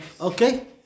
Okay